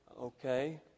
Okay